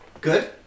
Good